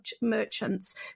merchants